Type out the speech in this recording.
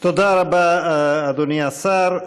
תודה רבה, אדוני השר.